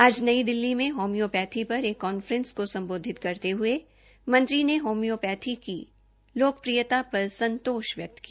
आज नई दिल्ली में होम्योपैथी पर एक कॉफेंस को संबोधित करते हए मंत्री ने होम्योपैथी की लोकप्रियता पर संतोष व्यक्त किया